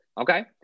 Okay